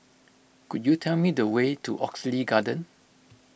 could you tell me the way to Oxley Garden